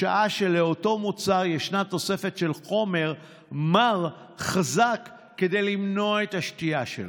בשעה שלאותו מוצר יש תוספת של חומר מר חזק כדי למנוע שתייה שלו.